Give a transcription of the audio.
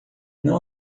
não